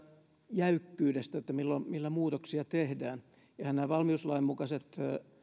jäykkyydestä millä muutoksia tehdään ihan nämä valmiuslain mukaiset